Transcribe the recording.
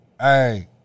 Hey